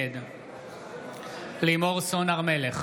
נגד לימור סון הר מלך,